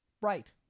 Right